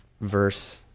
verse